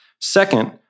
Second